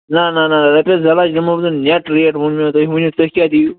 نہَ نہَ نہَ رپییَس زٕ لَچھ دِمہو بہٕ تۅہہِ نٮ۪ٹ ریٹ وٚنوِٕ مےٚ تۄہہِ تُہۍ ونِو تُہۍ کیٛاہ دِیو